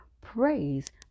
praise